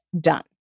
done